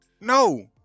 No